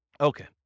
Okay